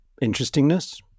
interestingness